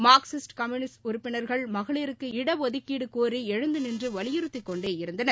Marxist communist உறுப்பினர்கள் மகளிருக்கு இடஒதுக்கீடு கோரி எழுந்து நின்று வலியுறுத்திக் கொண்டே இருந்தனர்